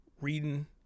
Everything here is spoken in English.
Reading